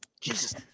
Jesus